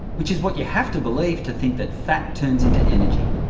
which is what you have to believe to think that fat turns into energy.